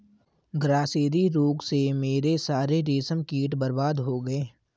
grasserie रोग से मेरे सारे रेशम कीट बर्बाद हो गए